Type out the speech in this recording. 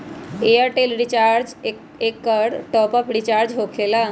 Airtel recharge एकर top off recharge होकेला?